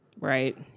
Right